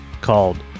called